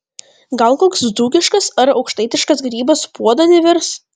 gal koks dzūkiškas ar aukštaitiškas grybas puodan įvirs